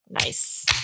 Nice